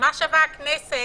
מה שווה הכנסת